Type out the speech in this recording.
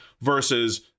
versus